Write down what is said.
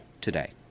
today